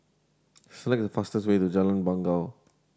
select the fastest way to Jalan Bangau